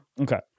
Okay